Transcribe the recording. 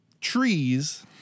trees